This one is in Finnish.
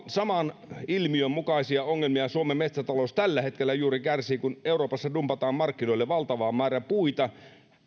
saman ilmiön mukaisista ongelmista suomen metsätalous tällä hetkellä juuri kärsii kun euroopassa dumpataan markkinoille valtava määrä puita